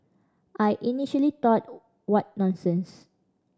I initially thought what nonsense